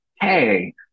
hey